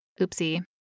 oopsie